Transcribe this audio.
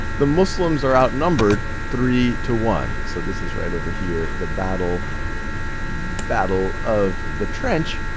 the muslims are outnumbered three to one. so this is right over here, the battle battle of the trench.